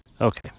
Okay